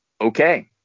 okay